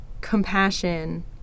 compassion